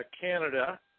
Canada